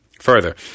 further